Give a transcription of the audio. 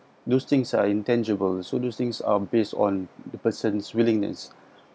those things are intangible so do things um based on the person's willingness